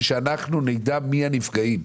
כדי שאנחנו נדע מי הנפגעים.